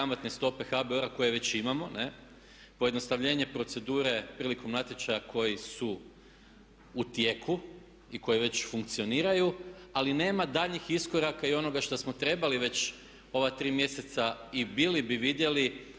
HBOR-a koje već imamo, pojednostavljenje procedure prilikom natječaja koji su u tijeku i koji već funkcioniraju ali nema daljnjih iskoraka i onoga što smo trebali već ova 3 mjeseca i bili bi vidjeli